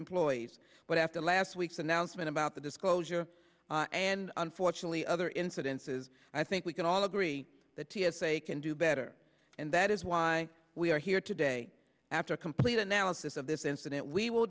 employees but after last week's announcement about the disclosure and unfortunately other incidences i think we can all agree that t s a can do better and that is why we are here today after a complete analysis of this incident we will